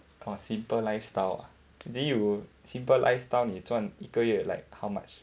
orh simple lifestyle ah then you simple lifestyle 你赚一个月 like how much